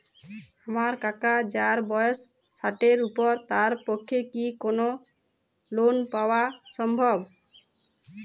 আমার কাকা যাঁর বয়স ষাটের উপর তাঁর পক্ষে কি লোন পাওয়া সম্ভব?